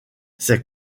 ses